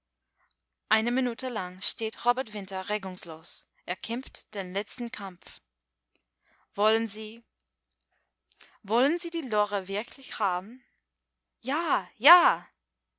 eine minute lang steht robert winter regungslos er kämpft den letzten kampf wollen sie wollen sie die lore wirklich haben ja ja